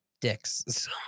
dicks